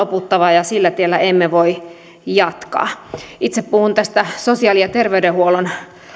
loputtava ja sillä tiellä emme voi jatkaa itse puhun sosiaali ja terveydenhuollon